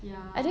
ya